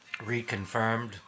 reconfirmed